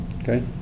okay